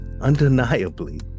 undeniably